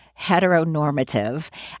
heteronormative